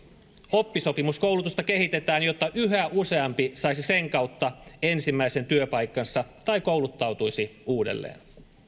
oppisopimuskoulutusta kehitetään jotta yhä useampi saisi sen kautta ensimmäinen työpaikkansa tai kouluttautuisi uudelleen